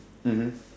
mmhmm